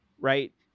right